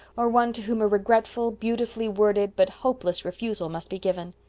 or one to whom a regretful, beautifully worded, but hopeless refusal must be given.